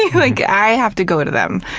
like, i have to go to them.